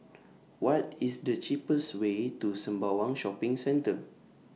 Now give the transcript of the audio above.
What IS The cheapest Way to Sembawang Shopping Centre